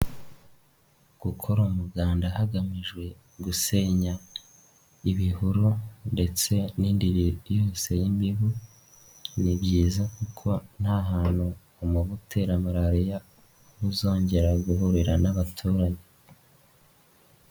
Gukora umuganda hagamijwe gusenya ibihuru ndetse n'indiri yose y'imibu ni byiza kuko nta hantu amabu utera malariya uzongera guhurira n'abaturage.